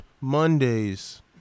Mondays